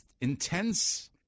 intense